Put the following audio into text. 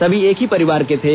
सभी एक ही परिवार के थे